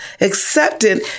accepted